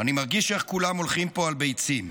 "אני מרגיש איך כולם הולכים פה על ביצים,